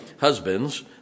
Husbands